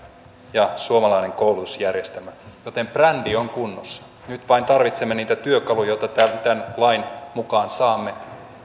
ja suomalainen koulutusjärjestelmä joten brändi on kunnossa nyt vain tarvitsemme niitä työkaluja joita tämän lain mukaan saamme